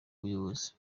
buyobozi